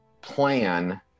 plan